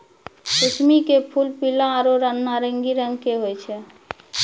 कुसमी के फूल पीला आरो नारंगी रंग के होय छै